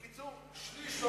בקיצור, שליש לא